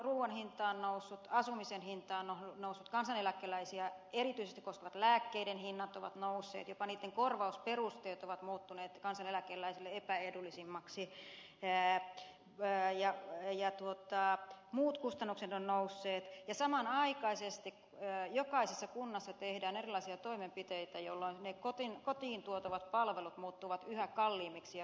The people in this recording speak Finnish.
ruuan hinta on noussut asumisen hinta on noussut kansaneläkeläisiä erityisesti koskevat lääkkeiden hinnat ovat nousseet jopa niitten korvausperusteet ovat muuttuneet kansaneläkeläisille epäedullisemmaksi ja muut kustannukset ovat nousseet ja samanaikaisesti jokaisessa kunnassa tehdään erilaisia toimenpiteitä jolloin ne kotiin tuotavat palvelut muuttuvat yhä kalliimmiksi ja kalliimmiksi